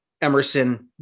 Emerson